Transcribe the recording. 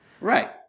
Right